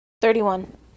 Thirty-one